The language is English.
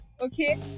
okay